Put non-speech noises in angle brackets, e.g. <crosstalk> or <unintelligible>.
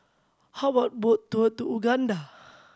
how about boat tour <unintelligible> Uganda